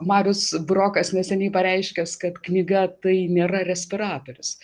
marius burokas neseniai pareiškęs kad knyga tai nėra respiratorius